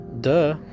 Duh